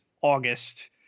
August